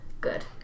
Good